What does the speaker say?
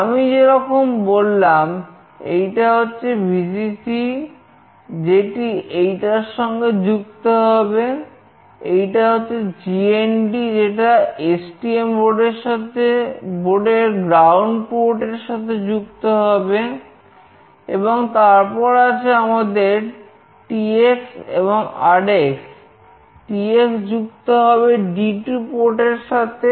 আমি যেরকম বললাম এইটা হচ্ছে Vcc যেটি এইটার সঙ্গে যুক্ত হবে এইটা হচ্ছেGND যেইটা STM বোর্ড এর গ্রাউন্ড যুক্ত হবে D8 এর সাথে